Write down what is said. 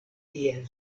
tiel